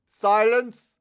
Silence